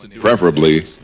preferably